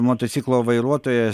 motociklo vairuotojas